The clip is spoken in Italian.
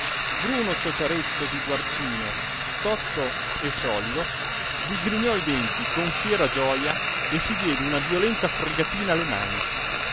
bruno ciociaretto di guarcino tozzo e solido digrignò i denti con fiera gioja e si diede una violenta fregatina alle mani